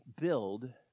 build